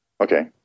Okay